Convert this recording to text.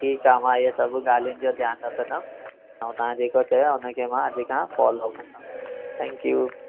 ठीकु आहे मां इहे सभु ॻालीनि जो ध्यानु रखंदुमि ऐं तव्हां जेको चयो आहे उनखे अॼु खां फॉलो कंदुमि थैंक्यू